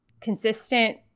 consistent